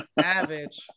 Savage